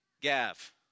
Gav